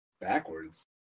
Backwards